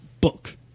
book